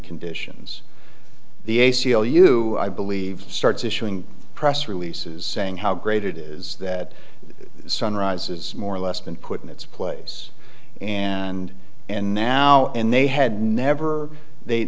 conditions the a c l u i believe starts issuing press releases saying how great it is that sunrise is more or less been put in its place and and now and they had never they